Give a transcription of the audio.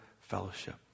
fellowship